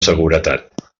seguretat